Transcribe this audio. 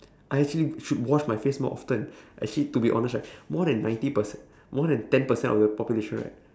I actually should wash my face more often actually to be honest right more than ninety perce~ more than ten percent of the population right